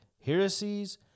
heresies